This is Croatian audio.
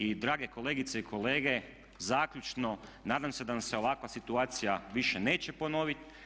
I drage kolegice i kolege, zaključno, nadam se da nam se ovakva situacija više neće ponoviti.